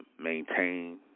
maintain